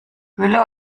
gülle